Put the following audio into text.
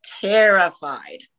Terrified